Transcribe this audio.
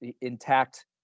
Intact